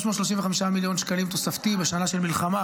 335 מיליון שקלים תוספתי בשנה של מלחמה,